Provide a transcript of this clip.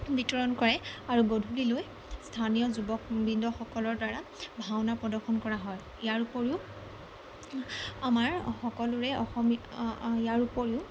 বিতৰণ কৰে আৰু গধূলিলৈ স্থানীয় যুৱকবৃন্দসকলৰদ্বাৰা ভাওনা প্ৰদৰ্শন কৰা হয় ইয়াৰ উপৰিও আমাৰ সকলোৰে অসমীয়া ইয়াৰ উপৰিও